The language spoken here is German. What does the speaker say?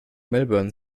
melbourne